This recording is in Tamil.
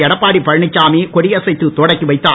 எடப்பாடி பழனிச்சாமி கொடியசைத்து தொடக்கி வைத்தார்